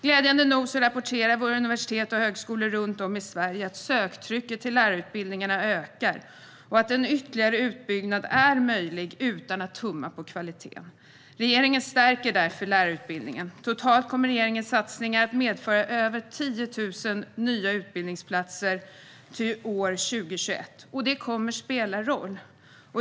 Glädjande nog rapporterar universitet och högskolor runt om i Sverige att söktrycket till lärarutbildningarna ökar och att en ytterligare utbyggnad är möjlig utan att tumma på kvaliteten. Regeringen stärker därför lärarutbildningen. Totalt kommer regeringens satsningar att medföra över 10 000 nya utbildningsplatser till år 2021, och det kommer att spela roll.